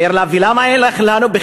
אומר לה: ולמה אין לנו פחם?